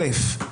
דבר אחד,